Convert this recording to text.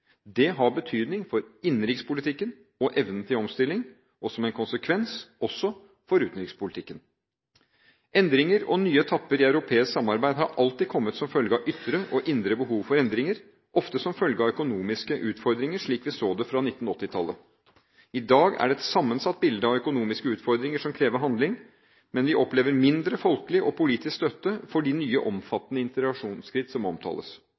Det har betydning – for innenrikspolitikken og evnen til omstilling. Og som en konsekvens: også for utenrikspolitikken. Endringer og nye etapper i europeisk samarbeid har alltid kommet som følge av ytre og indre behov for endringer – ofte som følge av økonomiske utfordringer, slik vi så det fra 1980-tallet. I dag er det et sammensatt bilde av økonomiske utfordringer som krever handling, men vi opplever mindre folkelig og politisk støtte for de nye, omfattende integrasjonsskritt som omtales.